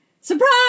Surprise